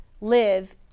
live